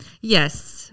yes